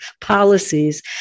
policies